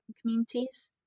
communities